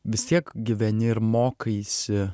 vis tiek gyveni ir mokaisi